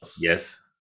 Yes